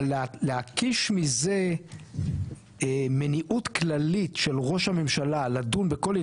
אבל להקיש מזה מניעות כללית של ראש הממשלה לדון בכל ,